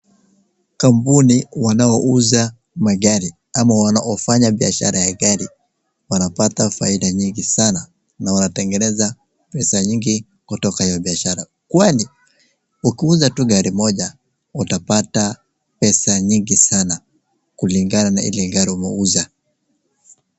Kampuni wanaouza magari ama wanaofanya biashara ya gari, wanapata faida nyingi sana. Na wanatengeneza pesa nyingi kutoka hiyo biashara kwani ukiuza tu gari moja utapata pesa nyingi sana kulingana ana ile gari umeuza.